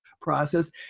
process